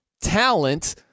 talent